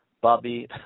Bobby